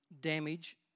damage